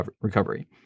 recovery